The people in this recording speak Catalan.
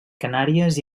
canàries